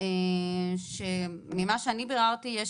ממה שביררתי,